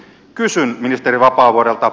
kysyn ministeri vapaavuorelta